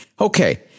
Okay